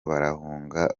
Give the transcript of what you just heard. barahunga